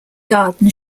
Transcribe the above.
garden